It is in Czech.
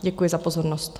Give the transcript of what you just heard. Děkuji za pozornost.